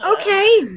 Okay